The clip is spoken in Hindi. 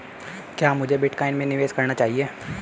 क्या मुझे बिटकॉइन में निवेश करना चाहिए?